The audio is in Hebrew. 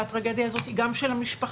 והטרגדיה הזאת היא גם של המשפחה,